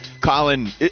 Colin